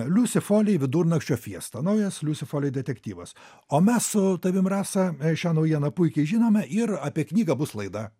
liusė foley vidurnakčio fiesta naujas liusy foly detektyvas o mes su tavim rasa šią naujieną puikiai žinome ir apie knygą bus laida